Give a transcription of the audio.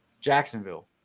Jacksonville